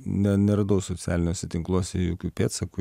ne neradau socialiniuose tinkluose jokių pėdsakų